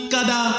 Kada